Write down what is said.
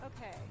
Okay